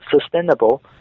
sustainable